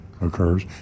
occurs